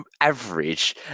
average